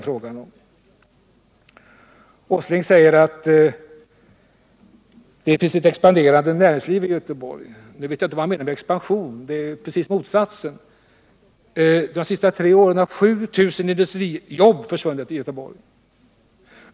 Herr Åsling säger att det finns ett expanderande näringsliv i Göteborg. Jag vet inte vad han menar med expansion. I verkligheten är det precis motsatsen. De senaste tre åren har 7 000 industrijobb försvunnit i Göteborg.